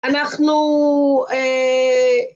‫אנחנו...